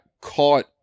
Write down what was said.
caught